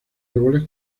árboles